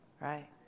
Right